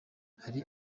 hari